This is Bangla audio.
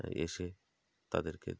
এসে তাদেরকে